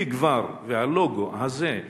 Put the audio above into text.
אם כבר הלוגו הזה,